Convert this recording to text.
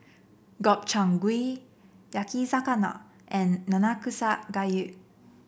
Gobchang Gui Yakizakana and Nanakusa Gayu